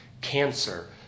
cancer